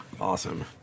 awesome